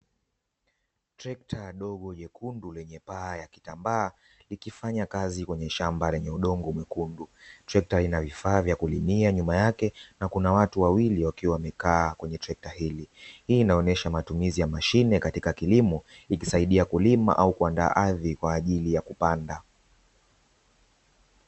Trekta dogo jekundu lenye paa ya kitambaa ikifanya kazi kwenye shamba lenye udongo mwekundu. Trekta ina vifaa vya kulimia nyuma yake na kuna watu wawili wakiwa wamekaa kwenye trekta hili. Hii inaonyesha matumizi ya mashine katika kilimo ikisaidia kulima au kuandaa ardhi kwa ajili ya kupanda.